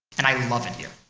and i love it here.